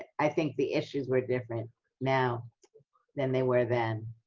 i think the issues were different now than they were then.